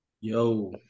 Yo